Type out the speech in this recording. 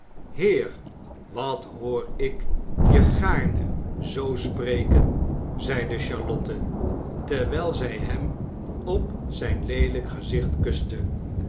heer wat hoor ik je gaarne zoo spreken riep charlotte terwijl zij hem op zijn leelijk gezicht kuste